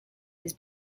his